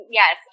yes